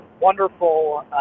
wonderful